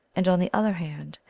and, on the other hand,